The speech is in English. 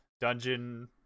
Dungeon